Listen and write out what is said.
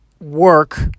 work